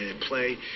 play